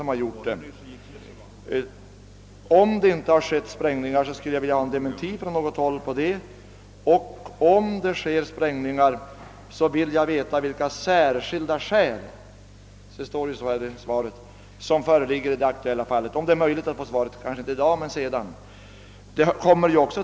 Om sprängningar inte har förekommit skulle jag från något håll vilja få en dementi härpå, och om det skett sådana skulle jag vilja veta vilka »särskilda skäl» — det står ju så i svaret — som föreligger i det aktuella fallet. Jag skulle vara tacksam att få svaret härpå i dag eller senare.